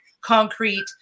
concrete